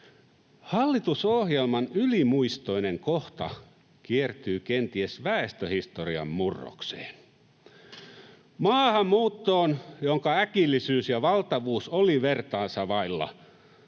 Hallitusohjelman ylimuistoinen kohta kiertyy kenties väestöhistorian murrokseen, maahanmuuttoon, jonka äkillisyys ja valtavuus oli vertaansa vailla.